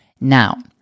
Now